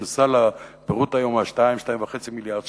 הסל היום הוא על 2 2.5 מיליארדי שקלים,